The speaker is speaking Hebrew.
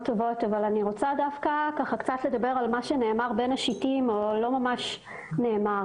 טובות אבל אני רוצה לדבר על מה שלא ממש נאמר.